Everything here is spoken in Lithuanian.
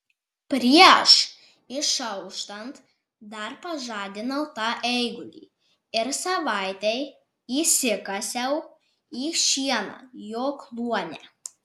prieš išauštant dar pažadinau tą eigulį ir savaitei įsikasiau į šieną jo kluone